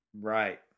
right